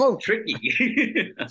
tricky